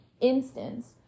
instance